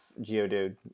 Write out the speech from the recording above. Geodude